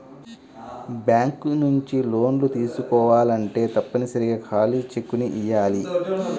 bank నుంచి లోన్లు తీసుకోవాలంటే తప్పనిసరిగా ఖాళీ చెక్కుని ఇయ్యాలి